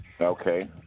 Okay